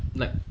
like